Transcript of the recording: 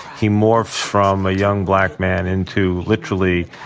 he morphs from a young black man into, literally,